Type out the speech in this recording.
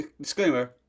Disclaimer